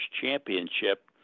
Championship